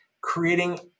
creating